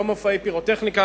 לא מופעי פירוטכניקה,